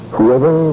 Whoever